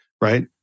Right